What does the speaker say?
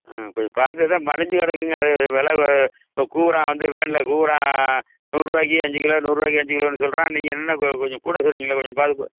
ஆ கொஞ்சம் பார்த்துதான் பதிஞ்சு கிடக்குங்க அது வெலை கூவுறான் வந்து வேன்ல கூவுறான் நூறுருபாக்கி அஞ்சு கிலோ நூறுருபாக்கி அஞ்சு கிலோன்னு சொல்கிறான் நீங்கள் என்னென்னா கொஞ்சம் கூட சொல்றீங்களே கொஞ்சம் பா